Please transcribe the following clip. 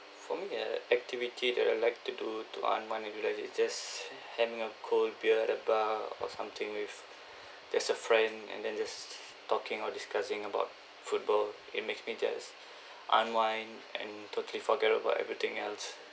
for me a activity that I like to do to unwind and relax is just having a cold beer at a bar or something with just a friend and then just talking or discussing about football it makes me just unwind and totally forget about everything else